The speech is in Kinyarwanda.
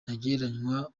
ntagereranywa